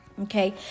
Okay